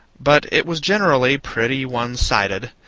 but it was generally pretty one-sided,